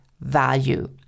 value